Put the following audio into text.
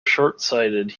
shortsighted